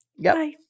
Bye